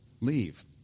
leave